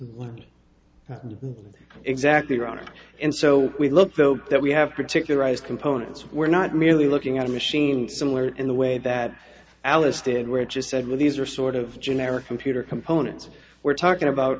what exactly are on it and so we look though that we have particularized components we're not merely looking at a machine similar in the way that alice did which is said well these are sort of generic computer components we're talking about